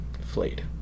Flayed